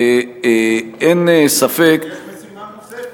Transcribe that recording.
ואין ספק, יש משימה נוספת.